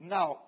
Now